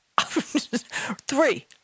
Three